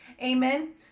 amen